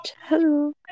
Hello